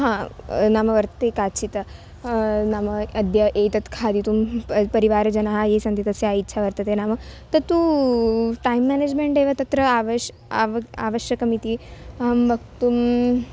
हा नाम वर्ते काचित् नाम अद्य एतत् खादितुं परिवारजनाः ये सन्ति तस्याः इच्छा वर्तते नाम तत्तु टैम् मेनेज्मेण्ट् एव तत्र आवश् आव आवश्यकमिति अहं वक्तुम्